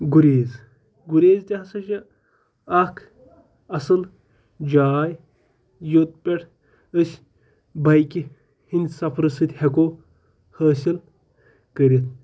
گُریز گُریز تہِ ہَسا چھِ اَکھ اَصٕل جاے یوٚت پٮ۪ٹھ أسۍ بایِکہِ ہِنٛدۍ سفرٕ سۭتۍ ہٮ۪کو حٲصِل کٔرِتھ